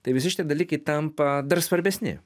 tai visi šie dalykai tampa dar svarbesni